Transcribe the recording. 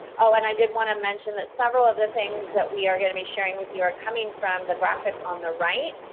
oh and i did want to mention that several of the things that we are going to be sharing with you are coming from, the graphic on the right,